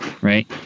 Right